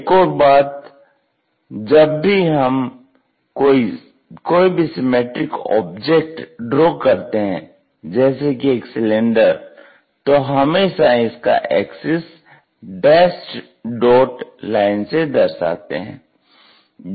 एक और बात जब भी हम कोई भी सिमेट्रिक ऑब्जेक्ट ड्रा करते हैं जैसे कि एक सिलिंडर तो हमेशा इसका एक्सिस डैस्ड डॉट लाइन से दर्शाते हैं